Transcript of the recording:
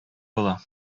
була